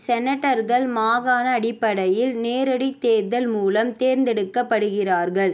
செனட்டர்கள் மாகாண அடிப்படையில் நேரடித் தேர்தல் மூலம் தேர்ந்தெடுக்கப்படுகிறார்கள்